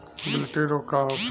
गिल्टी रोग का होखे?